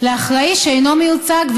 לאחראי שאינו מיוצג,